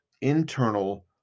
internal